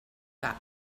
cap